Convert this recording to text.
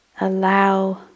allow